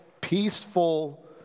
peaceful